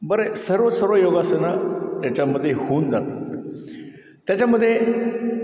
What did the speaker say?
बरे सर्व सर्व योगासनं त्याच्यामध्ये होऊन जातात त्याच्यामध्ये